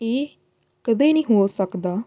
ਇਹ ਕਦੇ ਨਹੀਂ ਹੋ ਸਕਦਾ